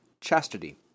Chastity